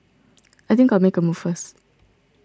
I think I'll make a move first